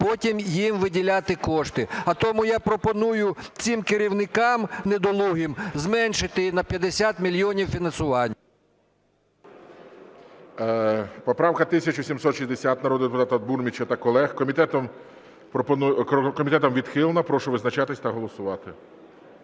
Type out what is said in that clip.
потім їм виділяти кошти. А тому я пропоную цим керівникам недолугим зменшити на 50 мільйонів фінансування. ГОЛОВУЮЧИЙ. Поправка 1760 народного депутата Бурміча та колег, комітетом відхилена. Прошу визначатись та голосувати.